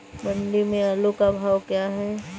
मंडी में आलू का भाव क्या है?